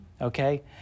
Okay